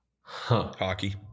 Hockey